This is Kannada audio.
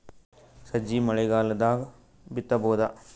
ಸಜ್ಜಿ ಮಳಿಗಾಲ್ ದಾಗ್ ಬಿತಬೋದ?